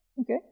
Okay